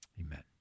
amen